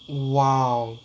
!wow!